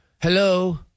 hello